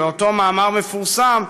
באותו מאמר מפורסם,